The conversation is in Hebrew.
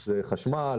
זה חשמל,